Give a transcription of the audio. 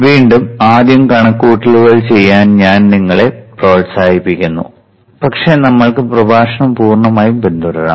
വീണ്ടും ആദ്യം കണക്കുകൂട്ടലുകൾ ചെയ്യാൻ ഞാൻ നിങ്ങളെ പ്രോത്സാഹിപ്പിക്കുന്നു പക്ഷേ നമ്മൾക്ക് പ്രഭാഷണം പൂർണ്ണമായും പിന്തുടരാം